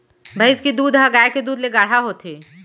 भईंस के दूद ह गाय के दूद ले गाढ़ा होथे